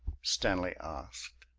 stanley asked.